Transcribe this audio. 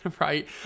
right